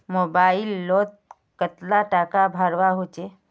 Mobile लोत कतला टाका भरवा होचे?